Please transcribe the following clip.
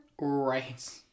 Right